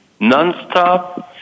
nonstop